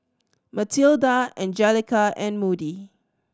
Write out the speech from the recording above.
Matilda Angelica and Moody